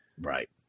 Right